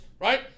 Right